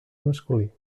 masculí